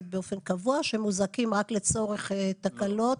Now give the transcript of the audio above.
באופן קבוע או מוזעקים רק לצורך תקלות?